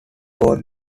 both